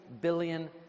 billion